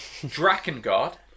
Drakengard